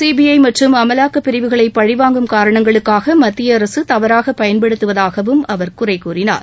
CBI மற்றும் அமலாக்கப் பிரிவுகளை பழிவாங்கும் காரணங்களுக்காக மத்திய அரசு தவறாக பயன்படுத்துவதாகவும் அவர் குறை கூறினார்